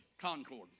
Concord